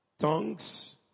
Tongues